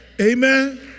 Amen